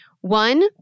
One